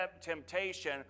temptation